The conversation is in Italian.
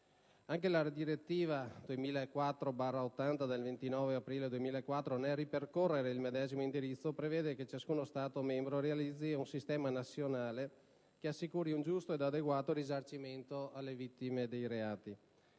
Anche la direttiva 2004/80/CE del 29 aprile 2004, nel ripercorre il medesimo indirizzo, prevede che ciascuno Stato membro realizzi un sistema nazionale che assicuri un giusto ed adeguato risarcimento alle vittime di reati.